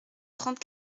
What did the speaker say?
trente